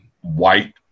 white